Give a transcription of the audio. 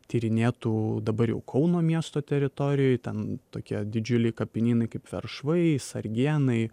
tyrinėtų dabar jau kauno miesto teritorijoj ten tokie didžiuliai kapinynai kaip veršvai sargėnai